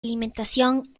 alimentación